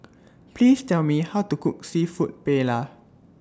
Please Tell Me How to Cook Seafood Paella